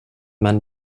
man